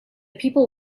people